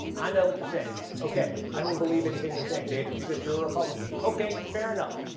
i know what you're saying, okay i don't believe anything you're saying david because you're a republican. okay, fair enough.